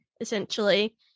essentially